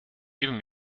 giving